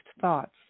thoughts